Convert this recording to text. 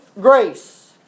grace